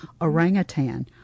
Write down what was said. Orangutan